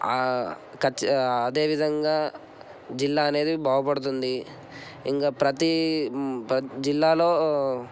అదే ఖచ్చి అదే విధంగా జిల్లా అనేది బాగుపడుతుంది ఇంకా ప్రతి జిల్లాలో